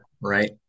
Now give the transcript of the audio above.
Right